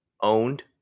owned